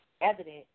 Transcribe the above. evident